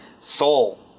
Soul